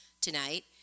tonight